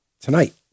tonight